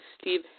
Steve